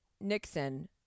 Nixon